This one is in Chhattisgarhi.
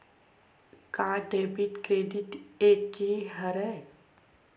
का डेबिट क्रेडिट एके हरय?